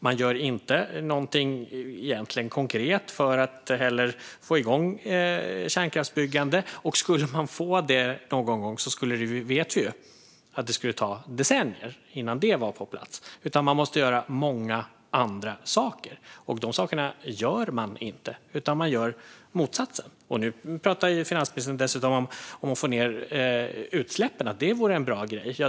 Man gör inte heller någonting konkret för att få igång kärnkraftsbyggande, och skulle man någon gång få igång detta vet vi ju att det skulle ta decennier innan det är på plats. Man måste göra många andra saker, men dessa saker gör man inte. Man gör motsatsen. Nu pratar finansministern dessutom om att det vore en bra grej att få ned utsläppen.